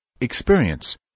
experience